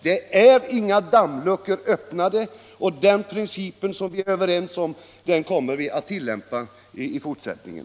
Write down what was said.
Det är inga dammluckor öppnade, och den princip som vi är överens om kommer att tillämpas i fortsättningen.